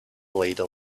leader